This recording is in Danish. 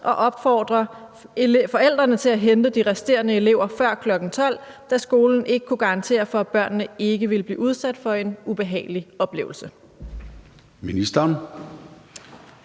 og opfordre forældrene til at hente de resterende elever før kl. 12.00, da skolen ikke kunne garantere for, at børnene ikke ville blive udsat for en ubehagelig oplevelse? Kl.